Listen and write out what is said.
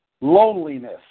Loneliness